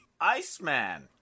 Iceman